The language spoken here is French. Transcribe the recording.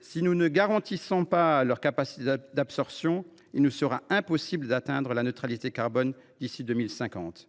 Si nous ne garantissons pas leur capacité d’absorption, il nous sera impossible d’atteindre la neutralité carbone d’ici à 2050.